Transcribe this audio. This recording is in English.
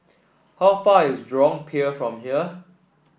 how far is Jurong Pier from here